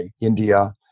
India